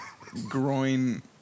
groin